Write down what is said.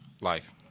Life